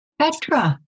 Petra